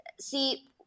See